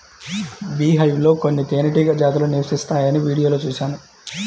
beehive లో కొన్ని తేనెటీగ జాతులు నివసిస్తాయని వీడియోలో చూశాను